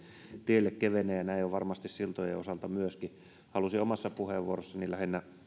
tielle kevenee ja näin on varmasti siltojen osalta myöskin halusin omassa puheenvuorossani lähinnä